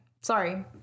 Sorry